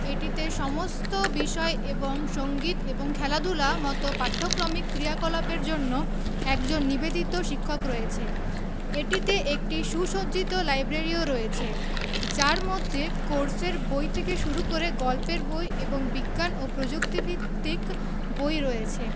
এটিতে সমস্ত বিষয় এবং সঙ্গীত এবং খেলাধুলা মতো পাঠ্যক্রমিক ক্রিয়াকলাপের জন্য একজন নিবেদিত শিক্ষক রয়েছে এটিতে একটি সুসজ্জিত লাইব্রেরিও রয়েছে যার মধ্যে কোর্সের বই থেকে শুরু করে গল্পের বই এবং বিজ্ঞান ও প্রযুক্তিভিত্তিক বই রয়েছে